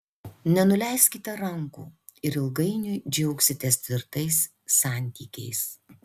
nenuleiskite rankų ir ilgainiui džiaugsitės tvirtais santykiais